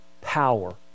power